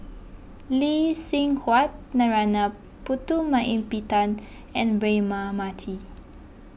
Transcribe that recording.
Lee Seng Huat Narana Putumaippittan and Braema Mathi